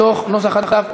מתוך נוסח הדף.